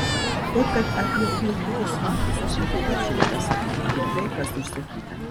taip kad apie objektyvius faktus jūs nifiga čia nerasite tik tai kas užsakyta